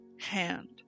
Hand